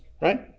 right